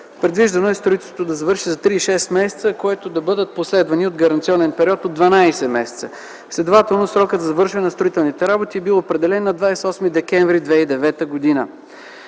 Предвидено е строителството за завърши за 36 месеца, след което да бъдат последвани от гаранционен период от 12 месеца. Следователно срокът за завършване на строителните работи е бил определен на 28 декември 2009 г.